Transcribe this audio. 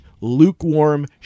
lukewarm